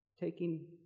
taking